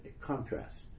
contrast